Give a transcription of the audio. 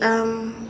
um